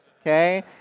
okay